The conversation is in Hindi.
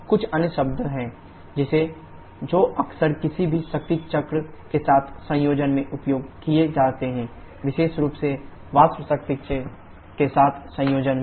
कुछ अन्य शब्द हैं जो अक्सर किसी भी शक्ति चक्र के साथ संयोजन में उपयोग किए जाते हैं विशेष रूप से वाष्प शक्ति चक्र के साथ संयोजन में